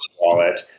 wallet